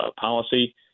policy